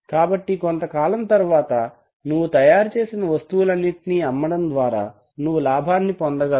కాబట్టి కొంతకాలం తరువాత నువ్వు తయారుచేసిన వస్తువులన్నిటినీ అమ్మడం ద్వారా నువ్వు లాభాన్ని పొందగలవు